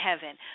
heaven